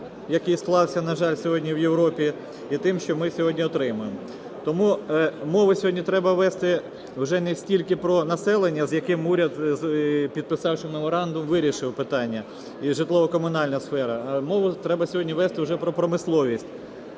який склався, на жаль, сьогодні в Європі, і тим, що ми сьогодні отримуємо. Тому мову сьогодні треба вести вже не стільки про населення, з яким уряд, підписавши меморандум, вирішив питання, і житлово-комунальну сферу, а мову треба сьогодні вести вже про промисловість,